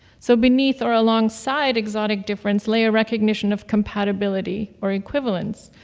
so beneath or alongside exotic difference lay a recognition of compatibility or equivalence,